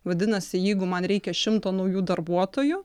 vadinasi jeigu man reikia šimto naujų darbuotojų